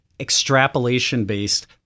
extrapolation-based